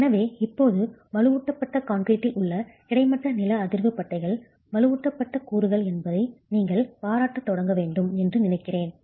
எனவே இப்போது வலுவூட்டப்பட்ட கான்கிரீட்டில் உள்ள கிடைமட்ட நில அதிர்வு பட்டைகள் வலுவூட்டப்பட்ட கூறுகள் என்பதை நீங்கள் பாராட்டத் தொடங்க வேண்டும் என்று நினைக்கிறேன்